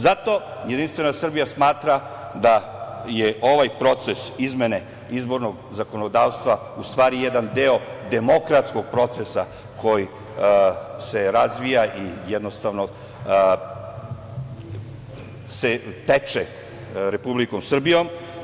Zato Jedinstvena Srbija smatra da je ovaj proces izmene izbornog zakonodavstva u stvari jedan deo demokratskog procesa koji se razvija i teče Republikom Srbijom.